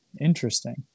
interesting